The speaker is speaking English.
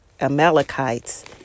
Amalekites